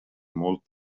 molt